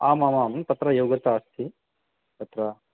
आमामां तत्र योगता अस्ति तत्र